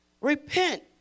Repent